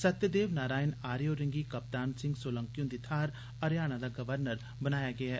सत्यदेव नारायण आर्य होरें गी कपतान सिंह सोलंकी हुंदी थाहर हरियाणा दा राज्यपाल बनाया गेआ ऐ